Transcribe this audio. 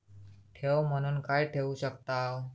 ठेव म्हणून काय ठेवू शकताव?